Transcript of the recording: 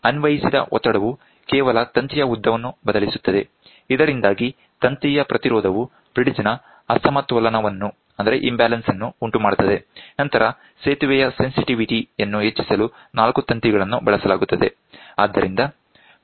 ಅನ್ವಯಿಸಿದ ಒತ್ತಡವು ಕೇವಲ ತಂತಿಯ ಉದ್ದವನ್ನು ಬದಲಿಸುತ್ತದೆ ಇದರಿಂದಾಗಿ ತಂತಿಯ ಪ್ರತಿರೋಧವು ಬ್ರಿಡ್ಜ್ನ ಅಸಮತೋಲನವನ್ನು ಉಂಟುಮಾಡುತ್ತದೆ ನಂತರ ಸೇತುವೆಯ ಸೆನ್ಸಿಟಿವಿಟಿಯನ್ನು ಹೆಚ್ಚಿಸಲು ನಾಲ್ಕು ತಂತಿಗಳನ್ನು ಬಳಸಲಾಗುತ್ತದೆ